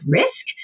risk